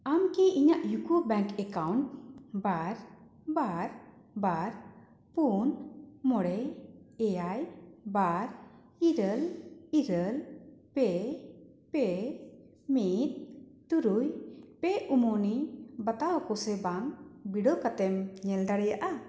ᱟᱢ ᱠᱤ ᱤᱧᱟᱹᱜ ᱤᱭᱩᱠᱳ ᱵᱮᱝᱠ ᱮᱠᱟᱣᱩᱱᱴ ᱵᱟᱨ ᱵᱟᱨ ᱵᱟᱨ ᱯᱩᱱ ᱢᱚᱬᱮ ᱮᱭᱟᱭ ᱵᱟᱨ ᱤᱨᱟᱹᱞ ᱤᱨᱟᱹᱞ ᱯᱮ ᱢᱤᱫ ᱛᱩᱨᱩᱭ ᱯᱮ ᱚᱢᱱᱤ ᱵᱟᱛᱟᱣ ᱟᱠᱚ ᱥᱮ ᱵᱟᱝ ᱵᱤᱰᱟᱹᱣ ᱠᱟᱛᱮᱢ ᱧᱮᱞ ᱫᱟᱲᱮᱭᱟᱜᱼᱟ